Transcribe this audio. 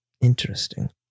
Interesting